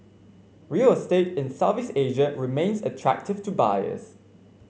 real estate in Southeast Asia remains attractive to buyers